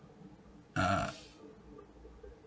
uh